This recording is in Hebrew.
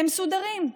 הם מסודרים,